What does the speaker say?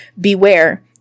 Beware